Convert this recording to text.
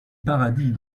paradis